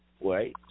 Right